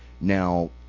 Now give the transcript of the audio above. Now